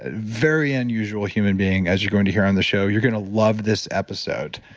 ah very unusual human being. as you're going to hear on the show, you're going to love this episode.